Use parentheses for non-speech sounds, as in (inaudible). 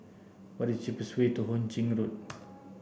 What is cheapest way to Ho Ching Road (noise)